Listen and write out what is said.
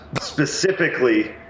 specifically